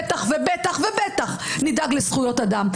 בטח ובטח ובטח נדאג לזכויות אדם.